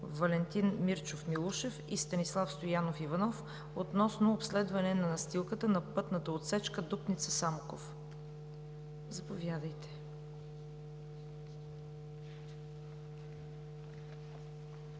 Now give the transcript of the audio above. Валентин Мирчов Милушев и Станислав Стоянов Иванов, относно обследване настилката на пътната отсечка Дупница – Самоков. Заповядайте.